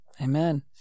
Amen